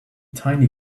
tiny